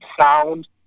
sound